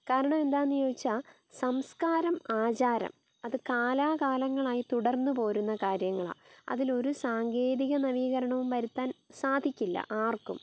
കാരണം എന്താന്ന് ചോദിച്ചാ സംസ്കാരം ആചാരം അത് കാലാകാലങ്ങളായി തുടർന്ന് പോരുന്ന കാര്യങ്ങളാ അതിലൊരു സാങ്കേതിക നവീകരണവും വരുത്താൻ സാധിക്കില്ല ആർക്കും